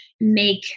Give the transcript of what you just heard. make